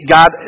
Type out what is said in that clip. God